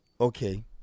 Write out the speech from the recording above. okay